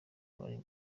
wari